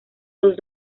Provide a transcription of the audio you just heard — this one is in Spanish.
los